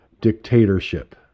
dictatorship